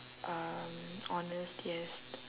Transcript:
um honest yes